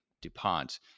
DuPont